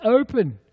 open